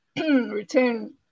return